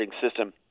system